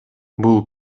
бул